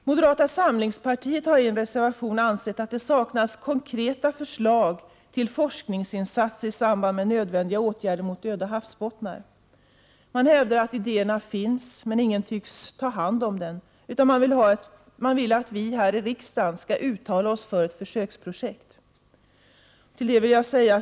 Moderata samlingspartiet har i en reservation ansett att det saknas konkreta förslag till forskningsinsatser i samband med nödvändiga åtgärder mot döda havsbottnar. Man hävdar att idéerna finns, men ingen tycks ta hand om dem. Man vill att vi här i riksdagen skall uttala oss för ett försöksprojekt.